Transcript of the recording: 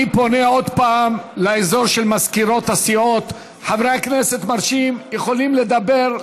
אני פונה עוד פעם לאזור של מזכירות הסיעות: חברי הכנסת יכולים לדבר,